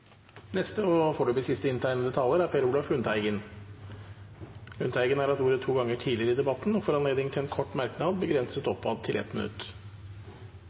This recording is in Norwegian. Per Olaf Lundteigen har hatt ordet to ganger tidligere i debatten og får ordet til en kort merknad, begrenset til 1 minutt.